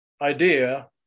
idea